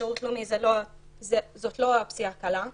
שירות לאומי זאת לא אופציה קלה.